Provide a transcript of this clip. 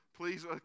Please